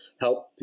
help